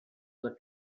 were